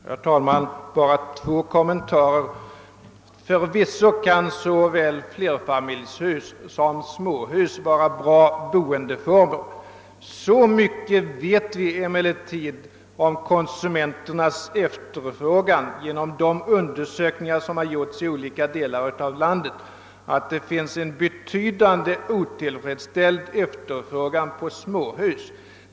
Herr talman! Bara två kommentarer. Förvisso kan såväl flerfamiljshus som småhus vara en bra boendeform, Så mycket vet vi emellertid om konsumenternas efterfrågan, genom de undersökningar som har gjorts i olika delar av landet, att det finns en betydande otillfredsställd efterfrågan på småhus.